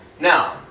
Now